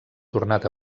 tornat